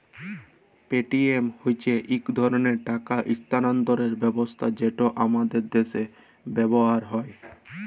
Paytm হছে ইক ধরলের টাকা ইস্থালাল্তরের ব্যবস্থা যেট আমাদের দ্যাশে ব্যাভার হ্যয়